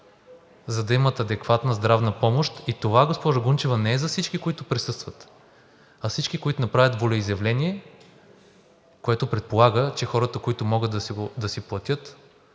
за да имат адекватна здравна помощ, и това, госпожо Гунчева, не е за всички, които присъстват, а всички, които направят волеизявление, което предполага, че хората, които могат да си платят,